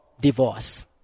divorce